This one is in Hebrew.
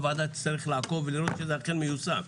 הוועדה תצטרך לעקוב ולראות שזה אכן מיושם.